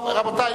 רבותי,